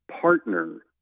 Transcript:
partner